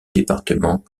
département